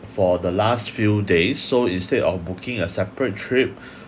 for the last few days so instead of booking a separate trip